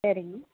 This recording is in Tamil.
சரிங்க